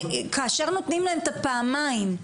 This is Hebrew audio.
כאשר נותנים להם פעמיים,